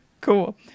Cool